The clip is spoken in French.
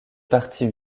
parti